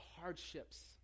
hardships